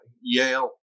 Yale